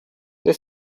they